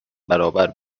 برابر